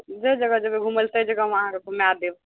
जे जगह जगह घुमल तै जगह हम अहाँके घूमाय देब